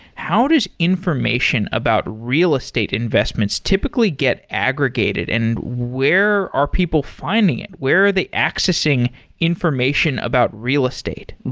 how does information about real estate investments typically get aggregated and where are people finding it? where are they accessing information about real estate?